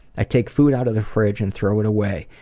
i take food out of the fridge and throw it away,